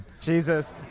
Jesus